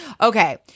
Okay